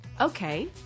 Okay